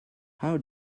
how